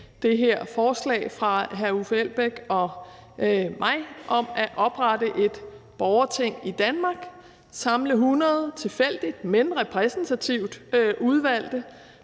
det her forslag fra hr. Uffe Elbæk og mig om at oprette et borgerting i Danmark, samle 100 tilfældigt, men repræsentativt udvalgte